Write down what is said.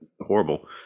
horrible